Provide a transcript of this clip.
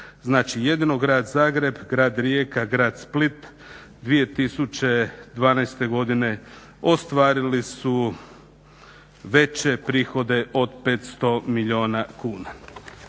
jedino grad Zagreb, grad Rijeka, grad Split 2012.godine ostvarili su veće prihode od 500 milijuna kuna.